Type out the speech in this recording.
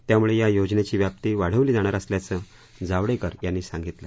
त्यामुळे या योजनेची व्याप्ती वाढवली जाणार असल्याचं जावडेकर यांनी सांगितलं